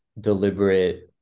deliberate